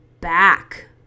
back